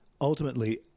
ultimately